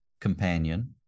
companion